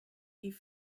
die